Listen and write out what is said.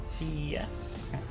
Yes